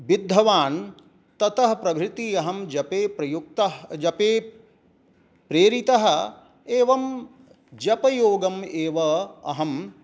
विद्धवान् ततः प्रभृतिः अहं जपे प्रयुक्तः जपे प्रेरितः एवं जपयोगम् एव अहं